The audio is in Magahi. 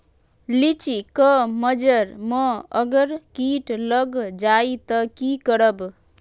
लिचि क मजर म अगर किट लग जाई त की करब?